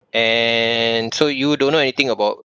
and so you don't know anything about